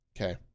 okay